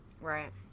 Right